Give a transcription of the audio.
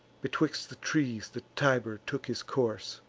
betwixt the trees the tiber took his course,